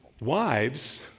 wives